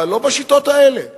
אבל לא בשיטות האלה.